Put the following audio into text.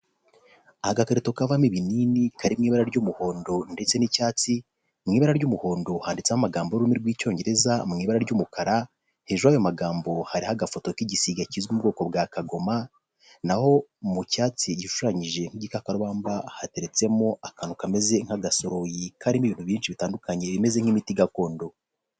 Agakarito kavamo ibinini kari mu ibara ry'umuhondo ndetse n'icyatsi, mu ibara ry'umuhondo handitseho amagambo y'ururimi rw'Icyongereza mu ibara ry'umukara, hejuru y'ayo magambo hariho agafoto k'igisiga kizwi mu bwoko bwa kagoma naho mu cyatsi gishuranyije nk'igikarubamba hateretsemo akantu kameze nk'agasoroyi karimo ibintu byinshi bitandukanye bimeze nk'imiti gakondo.